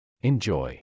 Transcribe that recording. enjoy